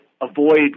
avoid